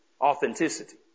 authenticity